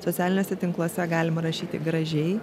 socialiniuose tinkluose galima rašyti gražiai